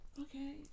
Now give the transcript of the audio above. Okay